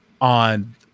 on